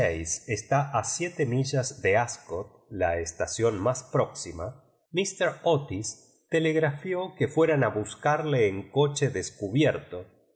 está a siete millas tíe ascot ía estación mis próxima míster otis telegrafió'que fueran a buscarle en co che descubierto